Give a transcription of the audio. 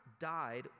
died